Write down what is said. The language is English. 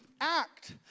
act